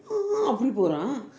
அப்படி போறான்:appadi poraan